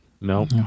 no